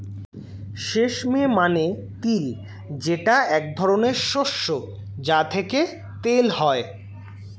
sesame মানে তিল যেটা এক ধরনের শস্য যা থেকে তেল হয়